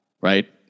right